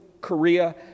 Korea